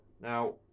Now